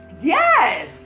Yes